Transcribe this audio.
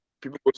people